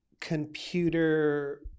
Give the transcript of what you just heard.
computer